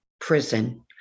prison